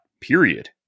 period